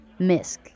Misk